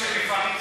זה לא יקרה יותר,